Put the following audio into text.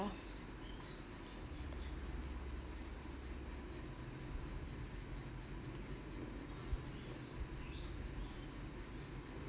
ya